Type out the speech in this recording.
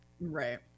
Right